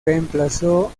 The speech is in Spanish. reemplazó